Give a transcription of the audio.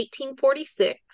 1846